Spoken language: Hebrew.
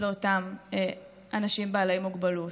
לאותם אנשים בעלי מוגבלות.